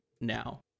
now